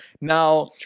Now